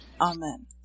Amen